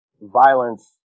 violence